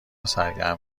سرگرم